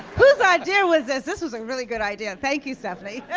whose idea was this? this was a really good idea. thank you, stephanie.